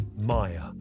Maya